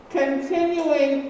continuing